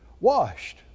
washed